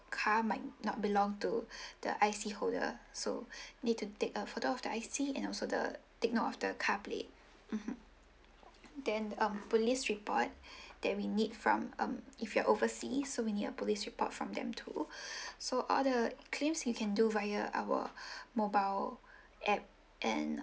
car might not belong to the I_C holder so need to take a photo of that I_C and also the take note of the car plate mmhmm then um police report that we need from um if you're oversea so we need a police report from them too so all the claims you can do via our mobile app and